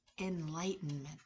enlightenment